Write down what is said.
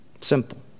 Simple